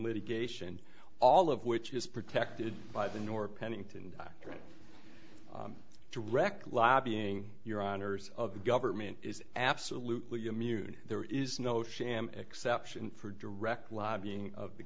litigation all of which is protected by the nor pennington right direct lobbying your honour's of government is absolutely immune there is no sham exception for direct lobbying of the